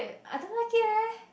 I don't like it leh